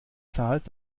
zahlt